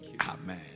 amen